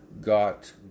got